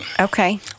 Okay